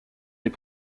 des